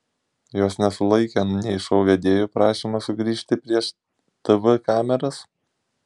jos nesulaikė nei šou vedėjų prašymas sugrįžti prieš tv kameras